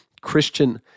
Christian